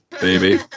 Baby